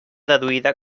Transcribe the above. deduïda